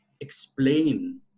explain